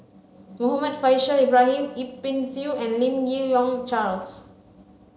Muhammad Faishal Ibrahim Yip Pin Xiu and Lim Yi Yong Charles